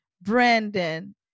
Brandon